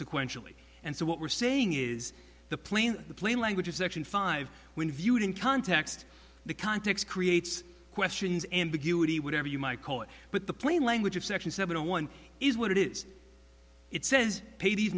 sequentially and so what we're saying is the plain the plain language of section five when viewed in context the context creates questions ambiguity whatever you might call it but the plain language of section seven zero one is what it is it says pay these